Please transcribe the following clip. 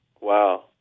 Wow